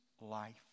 life